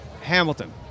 Hamilton